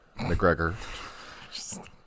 McGregor